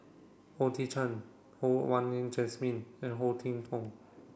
O Thiam Chin Ho Wah Nin Jesmine and Ho Tinfong